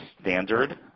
standard